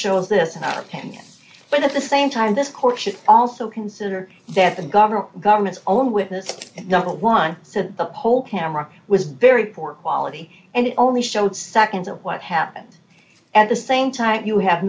shows this american but at the same time this court should also consider that the government government's own witness number one so that the pole camera was very poor quality and it only showed seconds of what happened at the same time you have